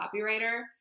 copywriter